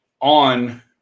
on